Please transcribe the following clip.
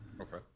Okay